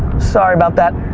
sorry about that,